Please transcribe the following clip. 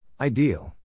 Ideal